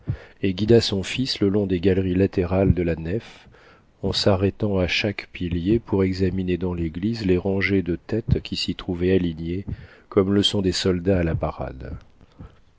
et guida son fils le long des galeries latérales de la nef en s'arrêtant à chaque pilier pour examiner dans l'église les rangées de têtes qui s'y trouvaient alignées comme le sont des soldats à la parade